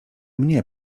mnie